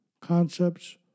concepts